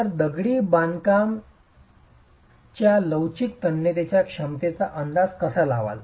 तर दगडी बांधकाम च्या लवचिक तन्यतेच्या क्षमतेचा कसा अंदाज लावाल